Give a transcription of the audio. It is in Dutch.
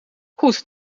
goed